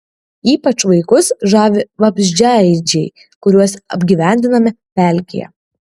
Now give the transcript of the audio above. ypač vaikus žavi vabzdžiaėdžiai kuriuos apgyvendiname pelkėje